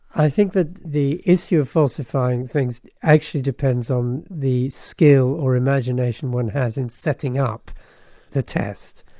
i think that the issue of falsifying things actually depends on the skill or imagination one has in setting up the test.